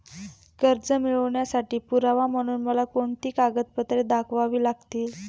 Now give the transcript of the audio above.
कर्ज मिळवण्यासाठी पुरावा म्हणून मला कोणती कागदपत्रे दाखवावी लागतील?